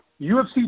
UFC